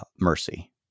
mercy